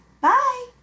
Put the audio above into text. Bye